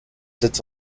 sits